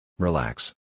Relax